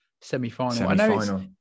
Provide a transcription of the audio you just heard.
semi-final